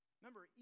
Remember